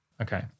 Okay